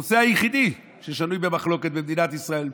הנושא היחידי ששנוי במחלוקת במדינת ישראל,